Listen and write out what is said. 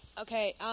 Okay